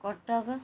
Cuttack